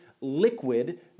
liquid